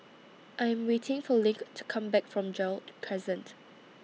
I Am waiting For LINK to Come Back from Gerald Crescent